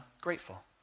grateful